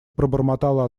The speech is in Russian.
пробормотала